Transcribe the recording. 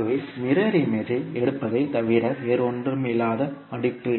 ஆகவே mirror image எடுப்பதைத் தவிர வேறொன்றுமில்லாத மடிப்பு